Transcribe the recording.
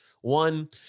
One